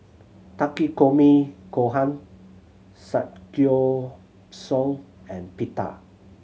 Takikomi Gohan Samgyeopsal and Pita